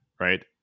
right